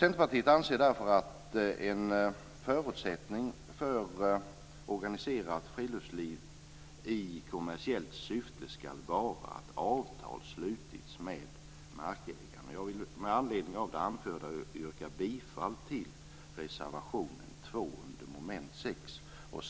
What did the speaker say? Centerpartiet anser därför att en förutsättning för organiserat friluftsliv i kommersiellt syfte ska vara att avtal slutits med markägaren. Jag vill med anledning av det anförda yrka bifall till reservation 2, under mom. 6.